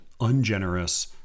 ungenerous